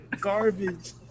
garbage